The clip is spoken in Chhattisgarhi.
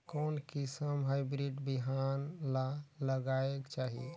कोन किसम हाईब्रिड बिहान ला लगायेक चाही?